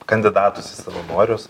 kandidatus į savanorius